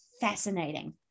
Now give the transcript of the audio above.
fascinating